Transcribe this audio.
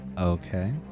Okay